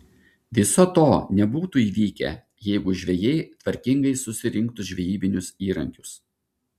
viso to nebūtų įvykę jeigu žvejai tvarkingai susirinktų žvejybinius įrankius